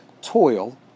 toil